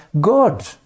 God